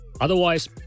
Otherwise